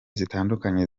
zitandukanye